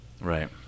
Right